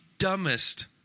dumbest